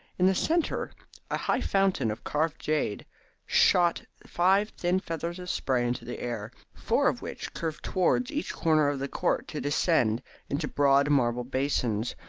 in the centre a high fountain of carved jade shot five thin feathers of spray into the air, four of which curved towards each corner of the court to descend into broad marble basins,